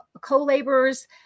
co-laborers